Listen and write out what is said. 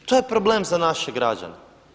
To je problem za naše građane.